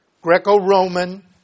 Greco-Roman